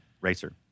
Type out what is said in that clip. Racer